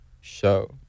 show